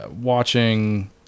watching